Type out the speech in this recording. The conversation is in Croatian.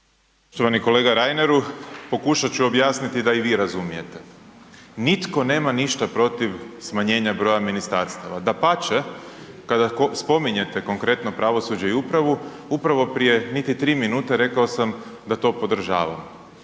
Poštovani kolega Reineru, pokušat ću objasniti da i vi razumijete. Nitko nema ništa protiv smanjenja broja ministarstava, dapače, kada spominjete konkretno pravosuđe i upravo, upravo prije niti tri minute rekao sam da to podržavam.